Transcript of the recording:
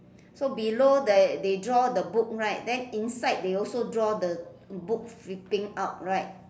so below the they draw the book right then inside they also draw the books sitting up right